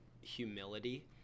humility